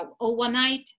overnight